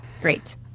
Great